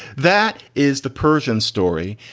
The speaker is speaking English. that is the persian story.